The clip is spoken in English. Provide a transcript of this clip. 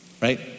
Right